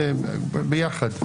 ביחד.